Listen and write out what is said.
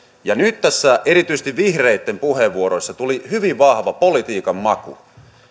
ja nyt tässä erityisesti vihreitten puheenvuoroissa tuli hyvin vahva politiikan maku